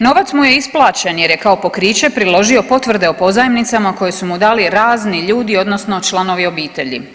Novac mu je isplaćen jer je kao pokriće priložio potvrde o pozajmicama koje su mu dali razni ljudi odnosno članovi obitelji.